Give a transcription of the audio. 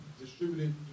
distributed